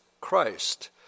Christ